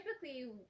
typically